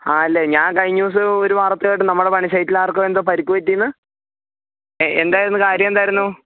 ആ അല്ല ഞാൻ കഴിഞ്ഞ ദിവസം ഒരു വാർത്ത കേട്ടു നമ്മുടെ പണി സൈറ്റിൽ ആർക്കോ എന്തോ പരിക്ക് പറ്റി എന്ന് എന്തായിരുന്നു കാര്യം എന്തായിരുന്നു